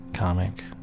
comic